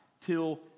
till